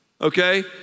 okay